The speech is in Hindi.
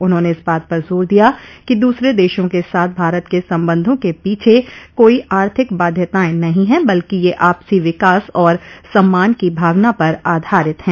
उन्होंने इस बात पर जोर दिया कि दूसरे देशों के साथ भारत के संबंधों के पीछे कोई आर्थिक बाध्यताएं नहीं हैं बल्कि ये आपसी विकास और सम्मान की भावना पर आधारित हैं